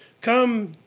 come